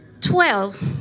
Twelve